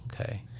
okay